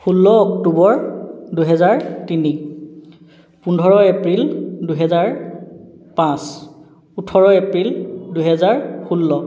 ষোল্ল অক্টোবৰ দুহেজাৰ তিনি পোন্ধৰ এপ্ৰিল দুহেজাৰ পাঁচ ওঁঠৰ এপ্ৰিল দুই হেজাৰ ষোল্ল